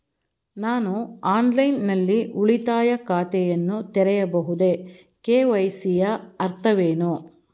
ನಾನು ಆನ್ಲೈನ್ ನಲ್ಲಿ ಉಳಿತಾಯ ಖಾತೆಯನ್ನು ತೆರೆಯಬಹುದೇ? ಕೆ.ವೈ.ಸಿ ಯ ಅರ್ಥವೇನು?